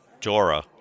Dora